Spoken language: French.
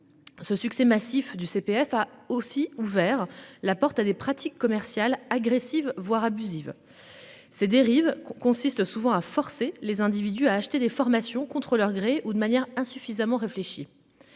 Ce succès massif du CPF a aussi ouvert la porte à des pratiques commerciales agressives voire abusives. Ces dérives consiste souvent à forcer les individus à acheter des formations contre leur gré ou de manière insuffisamment réfléchies.